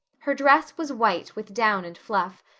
her dress was white with down and fluff,